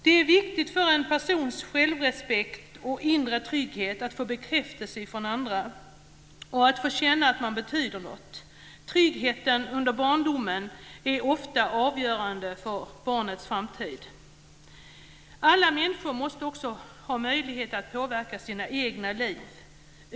Det är viktigt för en persons självrespekt och inre trygghet att få bekräftelse från andra och att få känna att man betyder något. Tryggheten under barndomen är ofta avgörande för barnets framtid. Alla människor måste också ha möjlighet att påverka sina egna liv.